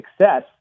success